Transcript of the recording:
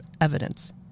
evidence